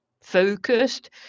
focused